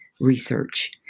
research